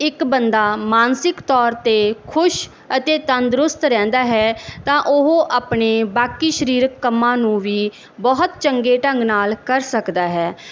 ਇੱਕ ਬੰਦਾ ਮਾਨਸਿਕ ਤੌਰ 'ਤੇ ਖੁਸ਼ ਅਤੇ ਤੰਦਰੁਸਤ ਰਹਿੰਦਾ ਹੈ ਤਾਂ ਉਹ ਆਪਣੇ ਬਾਕੀ ਸਰੀਰਕ ਕੰਮਾਂ ਨੂੰ ਵੀ ਬਹੁਤ ਚੰਗੇ ਢੰਗ ਨਾਲ ਕਰ ਸਕਦਾ ਹੈ